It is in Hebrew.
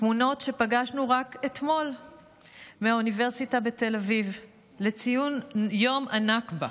תמונות שפגשנו רק אתמול באוניברסיטת תל אביב לציון יום הנכבה,